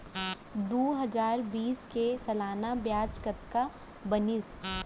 दू हजार बीस के सालाना ब्याज कतना बनिस?